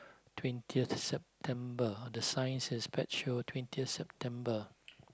twentieth September the sign says pet show twentieth September